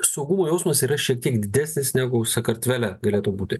saugumo jausmas yra šiek tiek didesnis negu sakartvele galėtų būti